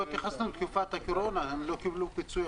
הישיבה